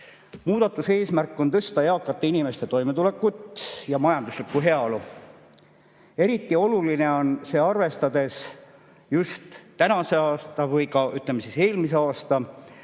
Muudatuse eesmärk on tõsta eakate inimeste toimetulekut ja majanduslikku heaolu. See on eriti oluline, arvestades just tänavuse aasta või ka, ütleme, eelmise aasta